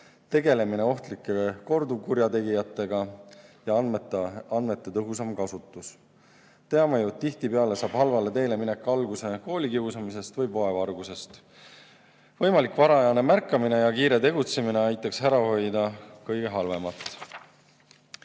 tegelemine ohtlike korduvkurjategijatega ja andmete tõhusam kasutus. Teame ju, et tihtipeale saab halvale teele minek alguse koolikiusamisest või poevargusest. Varajane märkamine ja kiire tegutsemine aitaks ära hoida kõige halvemat.